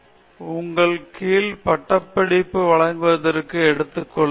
அஷ்ரஃப் ஆமாம் உங்கள் கீழ் பட்டப்படிப்பை வழங்குவதற்கு எடுத்துக் கொள்ளுங்கள்